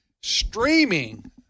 streaming